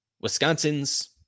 Wisconsin's